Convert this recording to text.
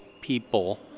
people